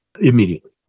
immediately